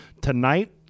tonight